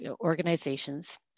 organizations